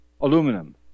aluminum